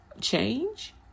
Change